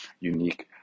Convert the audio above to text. unique